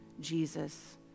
Jesus